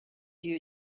you